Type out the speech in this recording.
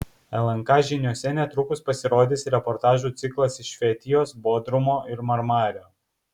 lnk žiniose netrukus pasirodys reportažų ciklas iš fetijos bodrumo ir marmario